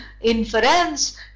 inference